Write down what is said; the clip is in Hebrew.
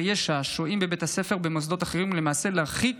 ישע השוהים בבתי ספר ובמוסדות אחרים ולמעשה להרחיק